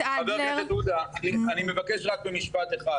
אני מבקש רק במשפט אחד.